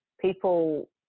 people